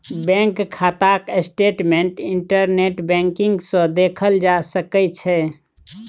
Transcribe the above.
bank खाताक statement internet banking सँ देखल जा सकै छै